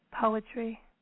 poetry